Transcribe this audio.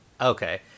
Okay